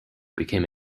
became